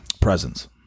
presence